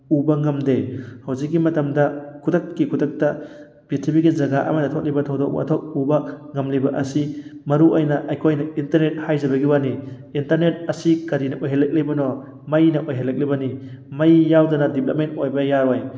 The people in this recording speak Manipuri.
ꯎꯕ ꯉꯝꯗꯦ ꯍꯧꯖꯤꯛꯀꯤ ꯃꯇꯝꯗ ꯈꯨꯗꯛꯀꯤ ꯈꯨꯗꯛꯇ ꯄ꯭ꯔꯤꯊꯤꯕꯤꯒꯤ ꯖꯒꯥ ꯑꯃꯗ ꯊꯣꯛꯂꯤꯕ ꯊꯧꯗꯣꯛ ꯋꯥꯊꯣꯛ ꯎꯕ ꯉꯝꯂꯤꯕ ꯑꯁꯤ ꯃꯔꯨꯑꯣꯏꯅ ꯑꯩꯈꯣꯏꯅ ꯏꯟꯇꯔꯅꯦꯠ ꯍꯥꯏꯖꯕꯒꯤ ꯋꯥꯅꯤ ꯏꯟꯇꯔꯅꯦꯠ ꯑꯁꯤ ꯀꯔꯤꯅ ꯑꯣꯏꯍꯜꯂꯛꯂꯤꯕꯅꯣ ꯃꯩꯅ ꯑꯣꯏꯍꯜꯂꯛꯂꯤꯕꯅꯤ ꯃꯩ ꯌꯥꯎꯗꯅ ꯗꯤꯕꯂꯞꯃꯦꯟ ꯑꯣꯏꯕ ꯌꯥꯔꯣꯏ